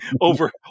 over